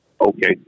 Okay